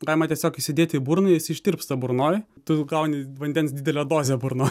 galima tiesiog įsidėti į burną jis ištirpsta burnoj tu gauni vandens didelę dozę burnoj